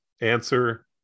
answer